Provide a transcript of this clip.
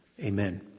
Amen